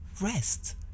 rest